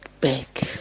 back